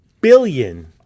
billion